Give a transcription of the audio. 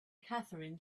catherine